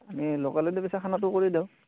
আমি লোকেলেদি পিছে খানাটো কৰি দিওঁ